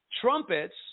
trumpets